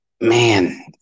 man